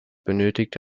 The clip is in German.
benötigt